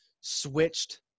switched